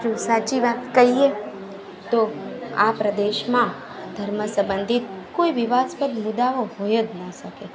જો સાચી વાત કહીએ તો આ પ્રદેશમાં ધર્મ સંબંધિત કોઈ વિવાદસ્પદ મુદ્દાઓ હોય જ ના શકે